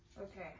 Okay